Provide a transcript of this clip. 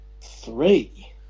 three